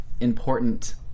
important